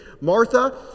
Martha